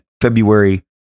February